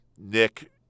Nick